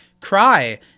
cry